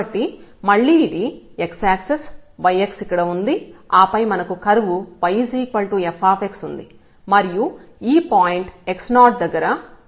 కాబట్టి మళ్లీ ఇది x యాక్సిస్ y x ఇక్కడ ఉంది ఆ పై మనకు కర్వ్ yfx ఉంది మరియు ఈ పాయింట్ x0 దగ్గర పాయింట్ x0 f